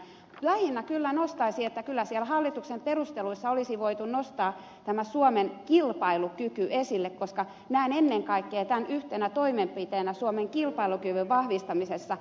lähinnä kyllä nostaisin esille sen että kyllä siellä hallituksen perusteluissa olisi voitu nostaa tämä suomen kilpailukyky esille koska näen ennen kaikkea tämän yhtenä toimenpiteenä suomen kilpailukyvyn vahvistamisessa